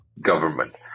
government